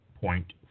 point